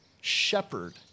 shepherd